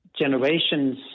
generations